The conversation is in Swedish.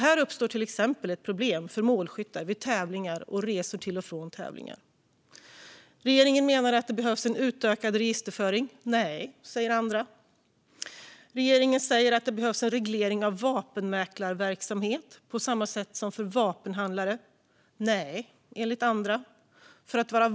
Här uppstår till exempel problem för målskyttar vid tävlingar och resor till och från tävlingar. Regeringen menar att det behövs en utökad registerföring. Nej, säger andra. Regeringen säger att det behövs en reglering av vapenmäklarverksamhet på samma sätt som för vapenhandlare. Nej, menar andra.